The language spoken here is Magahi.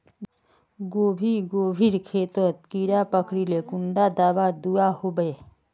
गोभी गोभिर खेतोत कीड़ा पकरिले कुंडा दाबा दुआहोबे?